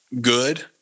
good